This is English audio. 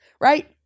right